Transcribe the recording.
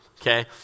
okay